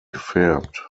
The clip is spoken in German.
gefärbt